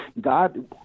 God